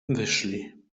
wyszli